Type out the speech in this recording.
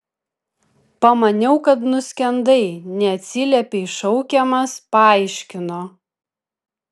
pamaniau kad nuskendai neatsiliepei šaukiamas paaiškino